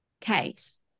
case